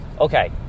okay